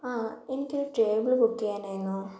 ആ എനിക്കൊരു table book ചെയ്യാനായിരുന്നു